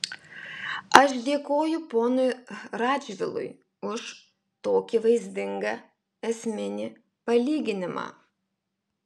aš dėkoju ponui radžvilui už tokį vaizdingą esminį palyginimą